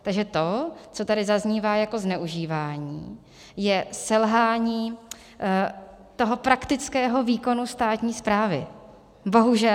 Takže to, co tady zaznívá jako zneužívání, je selhání toho praktického výkonu státní správy, bohužel.